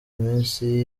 iminsi